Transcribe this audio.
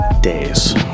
days